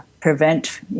prevent